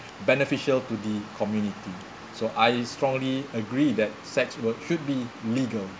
beneficial to the community so I strongly agree that sex work should be legal